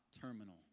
terminal